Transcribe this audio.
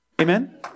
Amen